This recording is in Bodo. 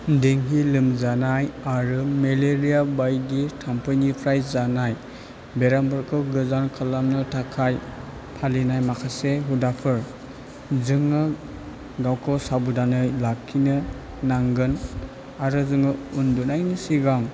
दिगि लोमजानाय आरो मेलेरिया बायदि थाम्फैनिफ्राय जानाय बेरामफोरखौ गोजान खालामनो थाखाय फालिनाय माखासे हुदाफोर जोङो गावखौ साबदानै लाखिनो नांगोन आरो जोङो उन्दुनायनि सिगां